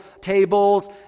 tables